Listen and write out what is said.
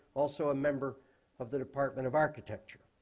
also a member of the department of architecture.